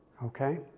Okay